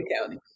County